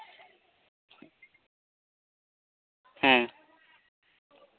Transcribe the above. ᱦᱮᱸ